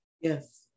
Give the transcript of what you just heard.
Yes